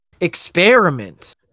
experiment